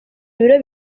ibiro